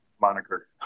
moniker